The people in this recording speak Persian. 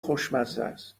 خوشمزست